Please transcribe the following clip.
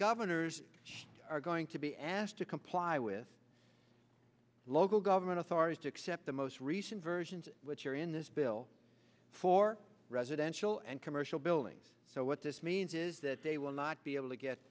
governors are going to be asked to comply with local government authorities to accept the most recent versions which are in this bill for residential and commercial buildings so what this means is that they will not be able to get